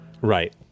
Right